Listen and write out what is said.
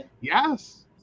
yes